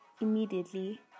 immediately